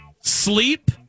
Sleep